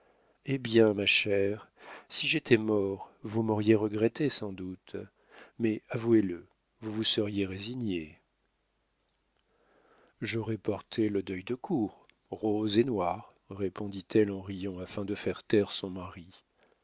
eh bien ma chère si j'étais mort vous m'auriez regretté sans doute mais avouez-le vous vous seriez résignée j'aurais porté le deuil de cour rose et noir répondit-elle en riant afin de faire taire son mari